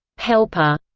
helper,